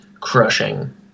crushing